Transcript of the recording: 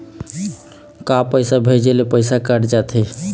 का पैसा भेजे ले पैसा कट जाथे का?